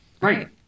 Right